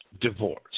divorce